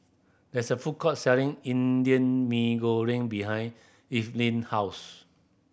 there is a food court selling Indian Mee Goreng behind Evelyne house